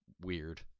weird